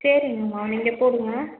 சரிங்கம்மா நீங்கள் போடுங்கள்